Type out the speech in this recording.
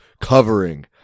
covering